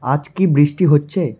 আজ কি বৃষ্টি হচ্ছে